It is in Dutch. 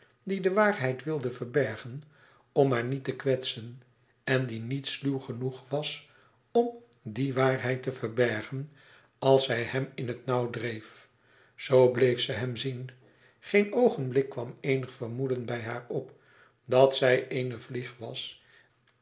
die de waarheid wilde verbergen om maar niet te kwetsen en die niet sluw genoeg was m die waarheid te verbergen als zij hem in het nauw dreef zoo bleef ze hem zien geen oogenblik kwam eenig vermoeden bij haar op dat zij eene vlieg was